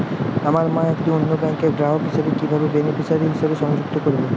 আমার মা একটি অন্য ব্যাংকের গ্রাহক হিসেবে কীভাবে বেনিফিসিয়ারি হিসেবে সংযুক্ত করব?